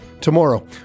Tomorrow